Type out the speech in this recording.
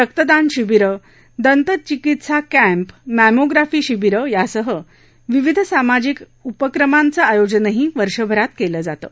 रक्तदान शिबिर दंतचिकीत्सा कॅम्प मॅमोग्राफी शिबिर यांसह विविध सामाजिक उपक्रमांचं आयोजनही वर्षभरात केलं होतं